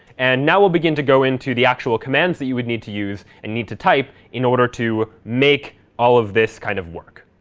and now we'll begin to go into the actual commands that you would need to use and need to type in order to make all of this kind of work.